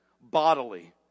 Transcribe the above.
bodily